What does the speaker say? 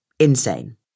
Insane